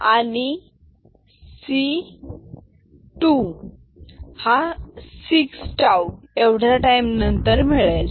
आणि C2 6 टाऊ एवढ्या टाईमला आहे